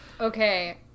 Okay